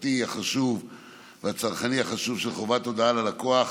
החברתי החשוב והצרכני החשוב של חובת הודעה ללקוח